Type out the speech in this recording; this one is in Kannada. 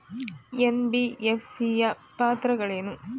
ಎನ್.ಬಿ.ಎಫ್.ಸಿ ಯ ಪಾತ್ರಗಳೇನು?